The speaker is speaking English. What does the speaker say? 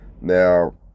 Now